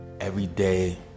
everyday